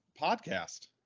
podcast